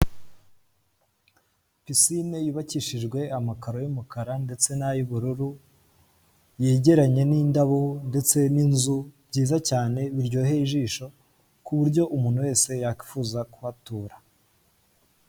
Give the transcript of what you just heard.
Pisine yubakishijwe amakaro y'umukara ndetse nay'ubururu, yegeranye n'indabo ndetse n'inzu byiza cyane biryoheye ijisho ku buryo umuntu wese yakifuza kuhatura.